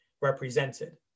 represented